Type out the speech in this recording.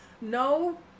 No